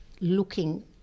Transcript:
looking